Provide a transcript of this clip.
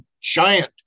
giant